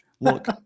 Look